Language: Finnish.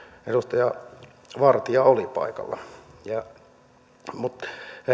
edustaja vartia oli paikalla mutta